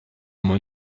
mon